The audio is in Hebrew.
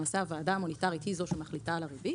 למעשה הוועדה המוניטרית היא זו שמחליטה על הריבית